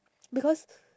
because